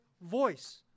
voice